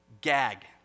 Gag